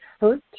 hurt